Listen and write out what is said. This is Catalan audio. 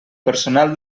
personal